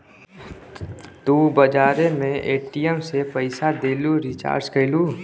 तू बजारे मे ए.टी.एम से पइसा देलू, रीचार्ज कइलू